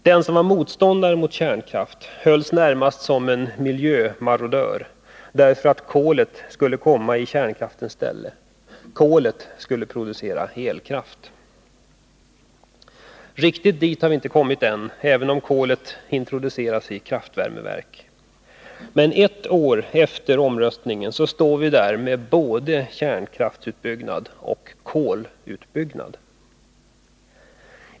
Den som var motståndare mot kärnkraft hölls närmast som en miljömarodör, därför att kolet skulle komma i kärnkraftens ställe. Kolet skulle producera elkraft. Riktigt dit har vi inte kommit än, även om kol introduceras i kraftvärmeverken. Men ett år efter omröstningen står vi där med både kärnkraftsutbyggnad och kolutbyggnad.